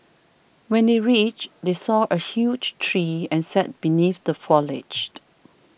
when they reached they saw a huge tree and sat beneath the foliage